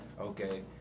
okay